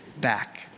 back